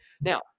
Now